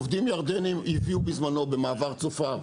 עובדים ירדנים הביאו בזמנו במעבר צופר.